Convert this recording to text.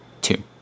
Two